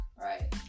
Right